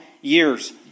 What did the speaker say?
years